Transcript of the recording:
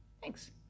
Thanks